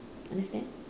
understand